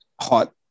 Hot